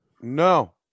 No